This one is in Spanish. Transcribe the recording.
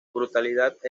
brutalidad